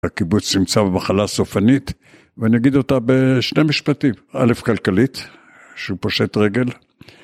הקיבוץ נמצא במחלה סופנית, ונגיד אותה בשני משפטים, א', כלכלית, שהוא פושט רגל.